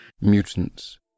Mutants